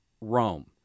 Rome